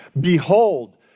Behold